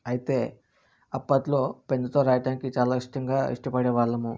అయితే అప్పట్లో పెన్ తో రాయటానికి చాలా ఇష్టంగా ఇష్టపడే వాళ్ళము